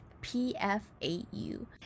P-F-A-U